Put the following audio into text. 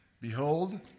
Behold